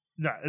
No